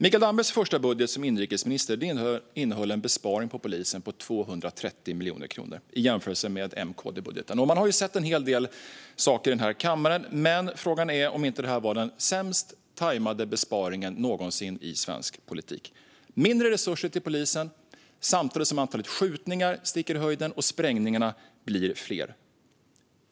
Mikael Dambergs första budget som inrikesminister innehöll en besparing på polisen på 230 miljoner kronor i jämförelse med M-KD-budgeten. Vi har sett en hel del i denna kammare, men frågan är om inte detta var den sämst tajmade besparingen någonsin i svensk politik: mindre resurser till polisen samtidigt som antalet skjutningar sticker i höjden och sprängningarna blir fler.